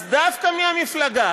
אז דווקא מהמפלגה